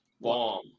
bomb